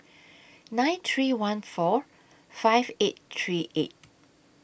nine three one four five eight three eight